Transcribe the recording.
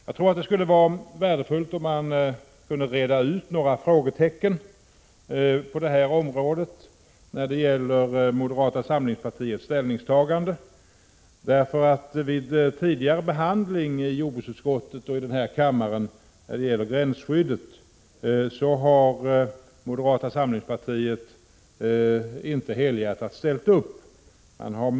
Jag tror att det skulle vara värdefullt om man kunde reda ut några frågetecken när det gäller moderata samlingspartiets ställningstagande på det här området. Vid tidigare behandling i jordbruksutskottet och i denna kammare av gränsskyddet har moderata samlingspartiet inte helhjärtat ställt upp.